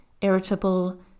irritable